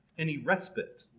any respite.